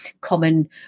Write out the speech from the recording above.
common